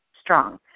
strong